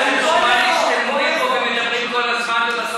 אבל אמרנו שהמשיח יבוא ויפתור את כל הבעיות.